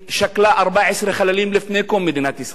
שכלה 14 חללים לפני קום מדינת ישראל,